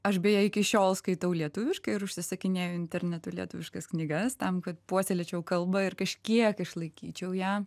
aš beje iki šiol skaitau lietuviškai ir užsisakinėju internetu lietuviškas knygas tam kad puoselėčiau kalbą ir kažkiek išlaikyčiau ją